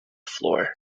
floor